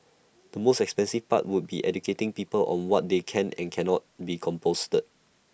the most expensive part would be educating people on what they can and cannot be composted